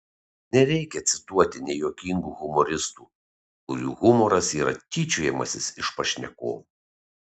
nereikia cituoti nejuokingų humoristų kurių humoras yra tyčiojimasis iš pašnekovų